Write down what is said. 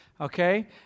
okay